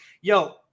Yo